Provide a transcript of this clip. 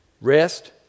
Rest